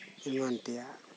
ᱮᱢᱟᱱ ᱛᱮᱭᱟᱜ